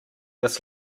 this